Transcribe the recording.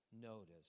notice